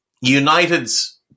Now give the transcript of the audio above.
United's